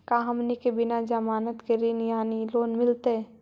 का हमनी के बिना जमानत के ऋण यानी लोन मिलतई?